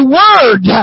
word